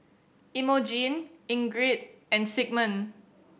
Imogene Ingrid and Sigmund